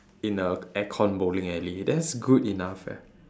in a aircon bowling alley that's good enough eh